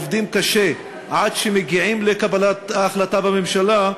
עובדים קשה עד שמגיעים לקבלת החלטה בממשלה,